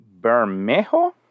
Bermejo